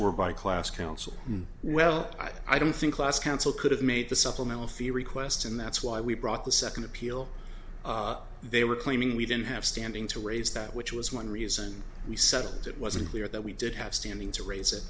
are by class counsel well i don't think class council could have made the supplemental fee request and that's why we brought the second appeal they were claiming we didn't have standing to raise that which was one reason we settled it wasn't clear that we did have standing to raise it